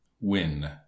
win